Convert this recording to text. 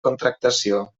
contractació